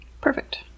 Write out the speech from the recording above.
Perfect